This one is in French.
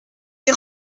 des